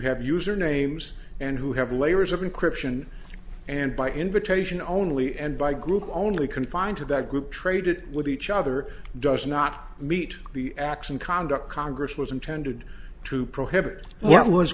have usernames and who have layers of encryption and by invitation only and by group only confined to that group traded with each other does not meet the acts and conduct congress was intended to prohibit what was